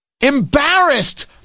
embarrassed